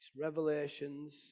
Revelations